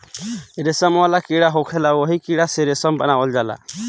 रेशम वाला कीड़ा होखेला ओही कीड़ा से रेशम बनावल जाला